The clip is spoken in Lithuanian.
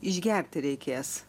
išgerti reikės